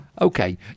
Okay